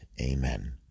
Amen